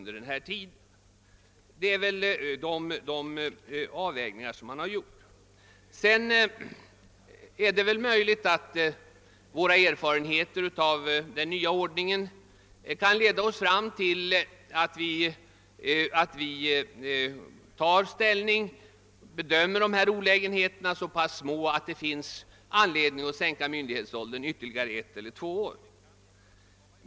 Det är möjligt att vi får erfarenheter av den nya ordningen, som medför att vi kommer att bedöma dessa olägenheter som så pass små, att det finns anledning att sänka myndighetsåldern ytterligare med ett eller två år.